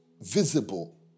visible